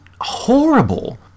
horrible